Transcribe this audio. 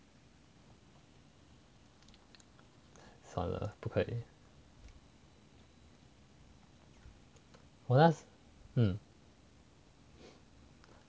算了不可以